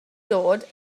dod